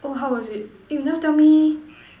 oh how was it eh you never tell me